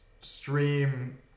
Stream